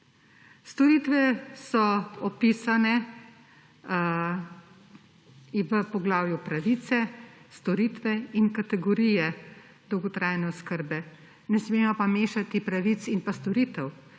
Storitve so opisane v poglavju Pravice, storitve in kategorije dolgotrajne oskrbe; ne smemo pa mešati pravic in pa storitev.